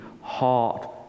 heart